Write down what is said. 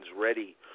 ready